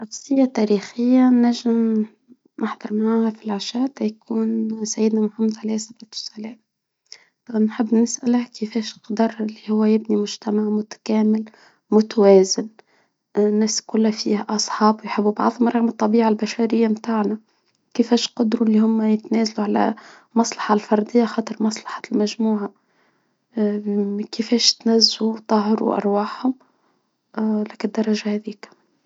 شخصية تاريخية نجم نهضر معاها يكون سعيد محمد عليه الصلاة والسلام نحب نسأله كيفاش يقدر إللي هو يبني مجتمع متكامل متوازن الناس كلها فيها اصحاب يحبوا تعرفوا الطبيعة البشرية متاعنا كيفاش قدروا إللي هما يتناف المصلحة الفردية خاطر المصلحة المجموعة كيفاش تنجسو طهروا ارواحهم لك الدرجة هاديكا.